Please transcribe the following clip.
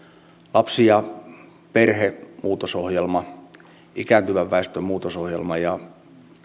lapsi ja perhemuutosohjelma ikääntyvän väestön muutosohjelma ja